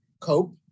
cope